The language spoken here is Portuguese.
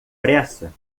pressa